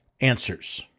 answers